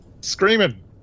screaming